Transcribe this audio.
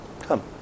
Come